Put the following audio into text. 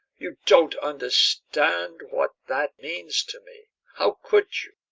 you don't understand what that means to me. how could you?